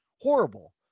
horrible